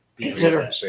Consider